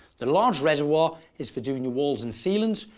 the large reservoir is for doing the walls and ceilings,